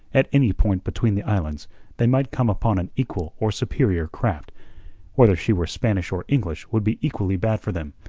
at any point between the islands they might come upon an equal or superior craft whether she were spanish or english would be equally bad for them,